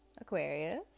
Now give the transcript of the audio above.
Aquarius